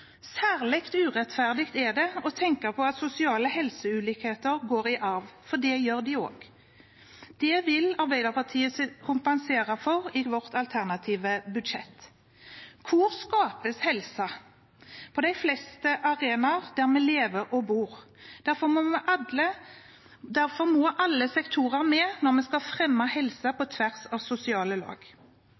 Særlig urettferdig er det å tenke på at sosiale helseulikheter går i arv, for det gjør de. Det vil Arbeiderpartiet kompensere for i sitt alternative budsjett. Hvor skapes helse? På de fleste arenaer der vi lever og bor. Derfor må alle sektorer med når vi skal fremme helse på tvers av sosiale lag.